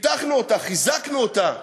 פיתחנו אותה,